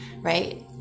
right